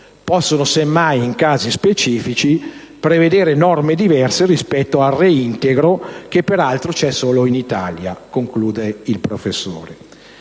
Possono semmai, in casi specifici, prevedere norme diverse rispetto al reintegro, che peraltro c'è solo in Italia». D'altro